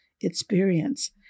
experience